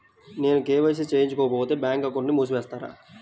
నేను కే.వై.సి చేయించుకోకపోతే బ్యాంక్ అకౌంట్ను మూసివేస్తారా?